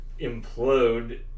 implode